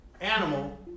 animal